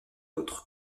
autres